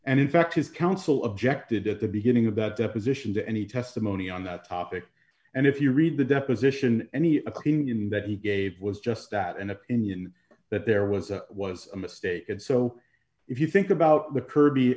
and in fact his counsel objected as a beginning of that deposition to any testimony on that topic and if you read the deposition any opinion that he gave was just that an opinion that there was a was a mistake so if you think about the kirby